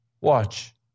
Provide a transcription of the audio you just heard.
Watch